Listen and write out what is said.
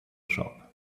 shop